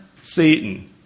Satan